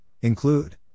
include